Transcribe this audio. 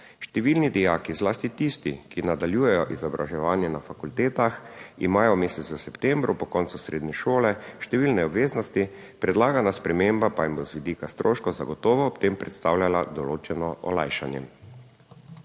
Številni dijaki, zlasti tisti, ki nadaljujejo izobraževanje na fakultetah, imajo v mesecu septembru po koncu srednje šole številne obveznosti, predlagana sprememba pa jim bo z vidika stroškov zagotovo ob tem predstavljala določeno olajšanje.